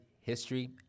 history